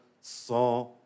saw